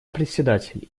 председатель